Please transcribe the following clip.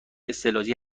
استعلاجی